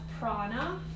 prana